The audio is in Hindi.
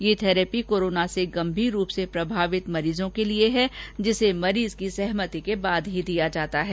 ये थेरेपी कोरोना से गंभीर रूप से प्रभावित मरीजों के लिए है जिसे मरीज की सहमति के बाद ही दिया जाता है